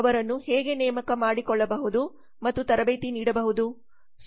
ಅವರನ್ನು ಹೇಗೆ ನೇಮಕ ಮಾಡಿಕೊಳ್ಳಬಹುದು ಮತ್ತು ತರಬೇತಿ ನೀಡಬಹುದು